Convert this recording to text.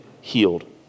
healed